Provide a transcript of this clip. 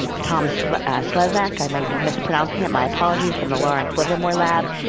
tom slezak-i might be mispronouncing it, my apologies-from the lawrence livermore lab,